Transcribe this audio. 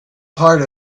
part